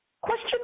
question